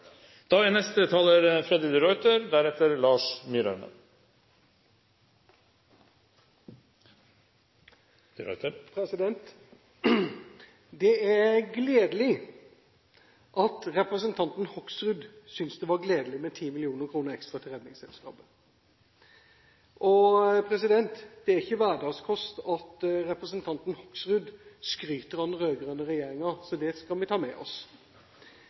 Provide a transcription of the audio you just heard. Det er gledelig at representanten Hoksrud synes det var gledelig med 10 mill. kr ekstra til Redningsselskapet. Det er ikke hverdagskost at representanten Hoksrud skryter av den rød-grønne regjeringen, så det skal vi ta med oss.